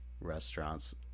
restaurants